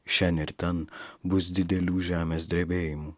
šen ir ten bus didelių žemės drebėjimų